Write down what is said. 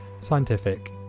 scientific